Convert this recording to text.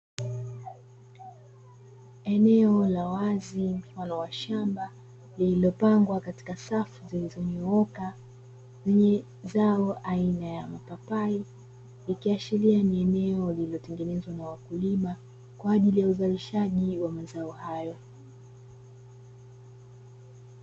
Eneo la wazi mfano wa shamba lililopangwa katika safu zilizonyooka zenye zao aina ya mapapai, ikiashiria ni eneo lililotengenezwa na wakulima kwaajili ya uzalishaji wa mazao hayo.